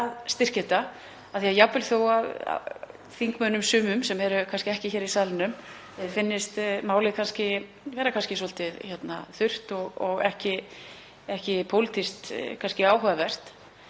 að styrkja þetta. Jafnvel þó að þingmönnum sumum, sem eru kannski ekki hér í salnum, finnist málið kannski vera svolítið þurrt og ekki pólitískt áhugavert